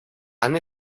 han